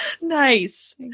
nice